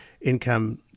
income